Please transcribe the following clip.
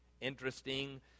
Interesting